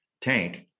tank